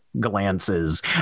glances